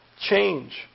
change